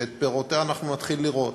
ואת פירותיה אנחנו נתחיל לראות.